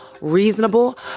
Reasonable